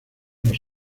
los